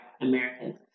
Americans